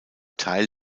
teil